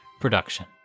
production